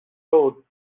sought